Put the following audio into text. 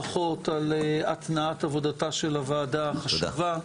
ברכות על התנעת עבודתה של הוועדה החשובה.